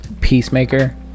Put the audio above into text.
peacemaker